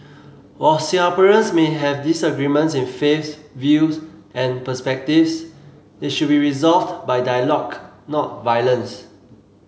while Singaporeans may have disagreements in faiths views and perspectives they should be resolved by dialogue not violence